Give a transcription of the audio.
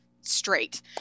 straight